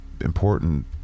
important